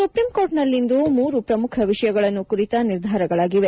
ಸುಪೀಂಕೋರ್ಟ್ನಲ್ಲಿಂದು ಮೂರು ಪ್ರಮುಖ ವಿಷಯಗಳನ್ನು ಕುರಿತ ನಿರ್ಧಾರಗಳಾಗಿವೆ